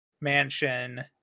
mansion